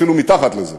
אפילו מתחת לזה.